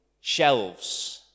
shelves